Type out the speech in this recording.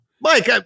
Mike